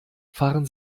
fahren